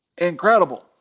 incredible